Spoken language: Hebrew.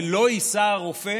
ולא יישא הרופא